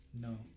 no